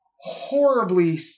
horribly